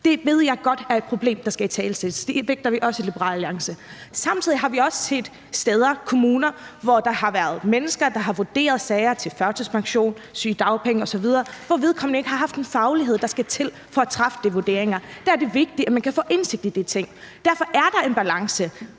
Det ved jeg godt er et problem, der skal italesættes. Det vægter vi også i Liberal Alliance. Samtidig har vi også set i kommuner, at der har været mennesker, der har vurderet sager til førtidspension, sygedagpenge osv., hvor vedkommende ikke har haft en faglighed, der skal til for at træffe de vurderinger. Der er det vigtigt, at man kan få indsigt i de ting. Derfor er der en balance,